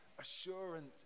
Assurance